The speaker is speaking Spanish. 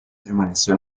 permaneció